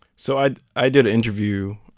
so i i did an interview